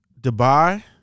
Dubai